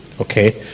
Okay